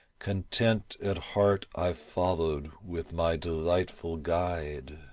content at heart i followed with my delightful guide.